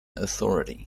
authority